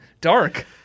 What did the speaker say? Dark